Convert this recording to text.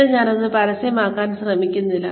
വീണ്ടും ഞാൻ അത് പരസ്യമാക്കാൻ ശ്രമിക്കുന്നില്ല